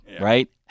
right